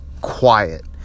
quiet